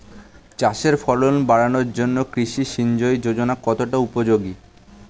চাষের ফলন বাড়ানোর জন্য কৃষি সিঞ্চয়ী যোজনা কতটা উপযোগী?